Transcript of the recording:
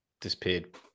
disappeared